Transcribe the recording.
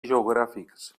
geogràfics